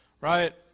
right